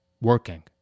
working